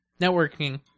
networking